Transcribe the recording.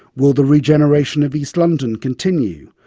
will the regeneration of east london continue?